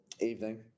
evening